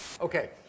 Okay